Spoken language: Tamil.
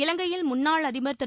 இலங்கையில் முன்னாள் அதிபர் திரு